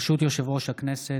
ברשות יושב-ראש הכנסת,